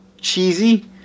cheesy